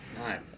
Nice